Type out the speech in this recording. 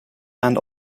and